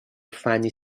فنی